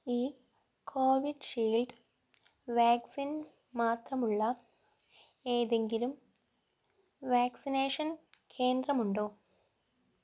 ഈ Covishield vaccine മാത്രമുള്ള ഏതെങ്കിലും വാക്സിനേഷൻ കേന്ദ്രമുണ്ടോ